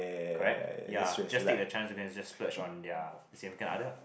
correct ya just take the change to go and just spurge on their significant other